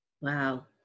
Wow